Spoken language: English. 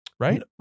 Right